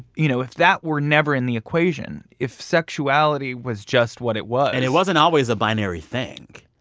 you know, if that were never in the equation if sexuality was just what it was. and it wasn't always a binary thing.